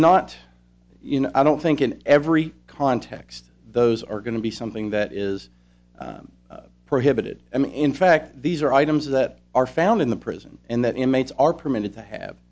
not you know i don't think in every context those are going to be something that is prohibited i mean in fact these are items that are found in the prison and that inmates are permitted to have